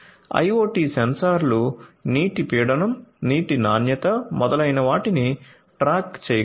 IoT సెన్సార్లు నీటి పీడనం నీటి నాణ్యత మొదలైనవాటిని ట్రాక్ చేయగలవు